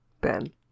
Ben